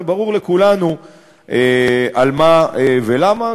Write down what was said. וברור לכולנו על מה ולמה,